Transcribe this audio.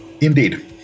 Indeed